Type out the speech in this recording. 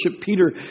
Peter